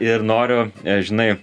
ir noriu žinai